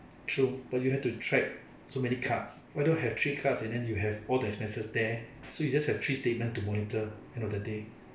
true but you have to track so many cards why don't have three cards and then you have all the expenses there so you just have three statement to monitor end of the day